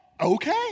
Okay